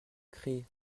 créer